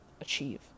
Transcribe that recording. achieve